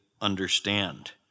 understand